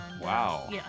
Wow